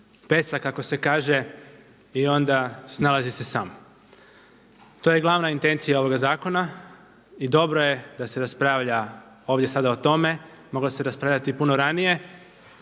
pesa kako se kaže i onda snalazi se sam. To je glavna intencija ovoga zakona i dobro je da se raspravlja ovdje sada o tome. Moglo se raspravljati puno ranije,